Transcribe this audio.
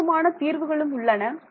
தோராயமான தீர்வுகளும் உள்ளன